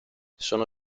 sono